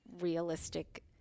realistic